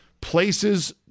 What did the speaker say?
places